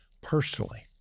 personally